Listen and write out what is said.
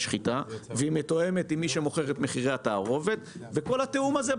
שחיטה והיא מתואמת עם מי שמוכר את התערובת וכל התיאום הזה,